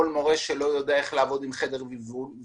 כל מורה שלא יודע לעבוד עם חדר וירטואלי,